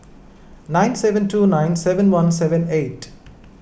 nine seven two nine seven one seven eight